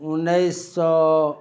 उनैस सओ